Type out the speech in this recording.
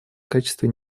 качестве